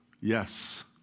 Yes